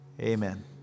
Amen